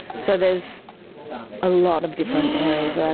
so there's a lot of different areas ah